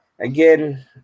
again